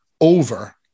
over